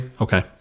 Okay